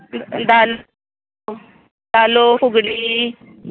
धाल लो धालो फुगडी